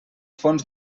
fons